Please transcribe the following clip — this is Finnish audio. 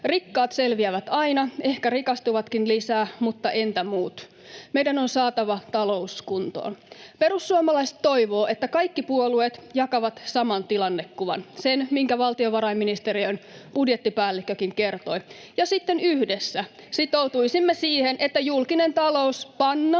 Rikkaat selviävät aina, ehkä rikastuvatkin lisää, mutta entä muut? Meidän on saatava talous kuntoon. Perussuomalaiset toivovat, että kaikki puolueet jakaisivat saman tilannekuvan — sen, minkä valtiovarainministeriön budjettipäällikkökin kertoi — ja sitten yhdessä sitoutuisimme siihen, että julkinen talous pannaan